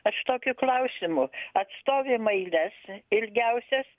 aš tokiu klausimu atstovim eiles ilgiausias